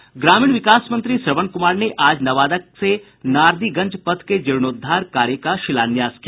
ग्रामीण विकास मंत्री श्रवण कुमार ने आज नवादा से नारदीगंज पथ के जीर्णोद्धार कार्य का शिलान्यास किया